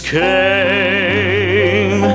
came